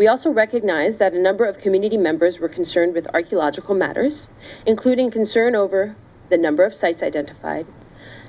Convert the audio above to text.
we also recognize that a number of community members were concerned with archaeological matters including concern over the number of sites i did a